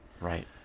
Right